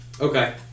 Okay